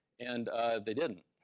and they didn't.